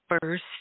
First